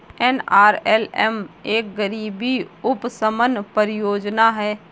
NRLM एक गरीबी उपशमन परियोजना है